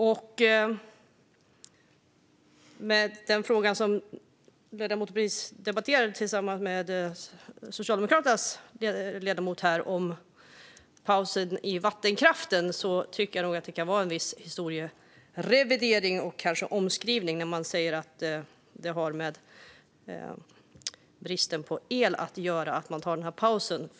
Apropå den fråga som ledamoten precis debatterade med Socialdemokraternas ledamot om pausen i vattenkraften tycker jag nog att det kan vara en viss historierevidering när man säger att det har med bristen på el att göra att man tar denna paus.